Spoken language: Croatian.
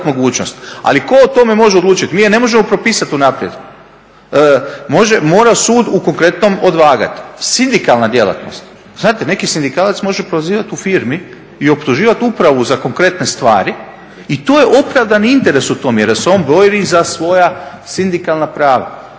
ali ko o tome može odlučiti. Mi je ne možemo propisati unaprijed, mora sud u konkretnom odvagati. Sindikalna djelatnost, znate neki sindikalac može prozivat u firmi i optuživati upravu za konkretne stvari i to je opravdani interes u tome jer se on bori za svoja sindikalna prava